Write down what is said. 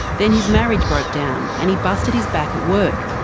then his marriage broke down, and he busted his back at work.